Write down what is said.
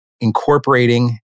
incorporating